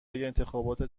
انتخابات